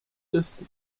ist